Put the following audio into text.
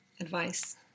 advice